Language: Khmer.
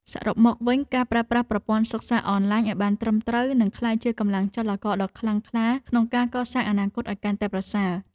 សរុបមកវិញការប្រើប្រាស់ប្រព័ន្ធសិក្សាអនឡាញឱ្យបានត្រឹមត្រូវនឹងក្លាយជាកម្លាំងចលករដ៏ខ្លាំងក្លាក្នុងការកសាងអនាគតឱ្យ កាន់តែប្រសើរ។